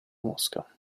mosca